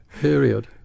Period